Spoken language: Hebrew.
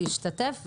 מי שהשתתף,